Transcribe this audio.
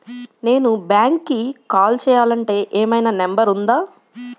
నేను బ్యాంక్కి కాల్ చేయాలంటే ఏమయినా నంబర్ ఉందా?